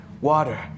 Water